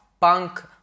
punk